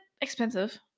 expensive